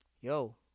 yo